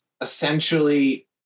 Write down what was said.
essentially